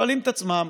שואלים את עצמם: